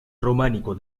románico